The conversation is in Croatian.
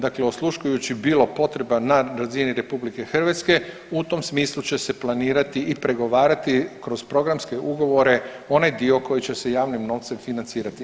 Dakle osluškujući bilo potreba na razini RH u tom smislu će se planirati i pregovarati kroz programske ugovore onaj dio koji će se javnim novcem financirati.